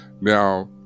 Now